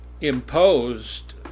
imposed